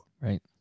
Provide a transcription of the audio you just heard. Right